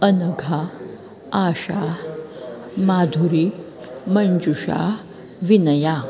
Anagha Asha Madhuri Manjusha Vinaya